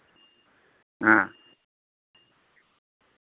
ᱦᱮᱸ